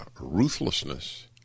ruthlessness